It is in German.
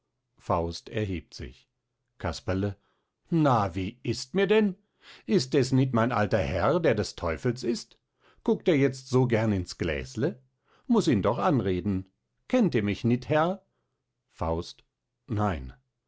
faust erhebt sich casperle na wie ist mir denn ist des nit mein alter herr der des teufels ist guckt der jetzt so gern ins gläsle muß ihn doch anreden kennt ihr mich nit herr faust nein